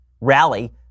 rally